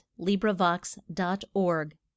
LibriVox.org